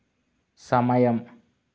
సమయం